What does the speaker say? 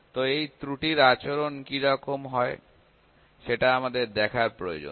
তো এই ত্রুটির আচরণ কী রকম হয় সেটা আমাদের দেখার প্রয়োজন